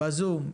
בזום.